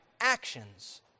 actions